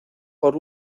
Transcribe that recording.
por